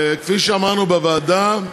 כפי שאמרנו בוועדה,